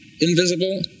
invisible